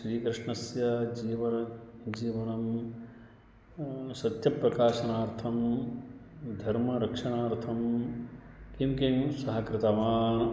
श्रीकृष्णस्य जीवनं जीवनं सत्यप्रकाशनार्थं धर्मरक्षणार्थं किं किं सः कृतवान्